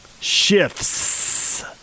Shifts